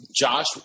Josh